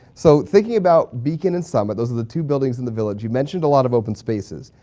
so thinking about beacon and summit, those are the two buildings in the village. you mentioned a lot of open spaces.